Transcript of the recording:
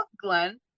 Glenn